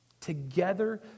together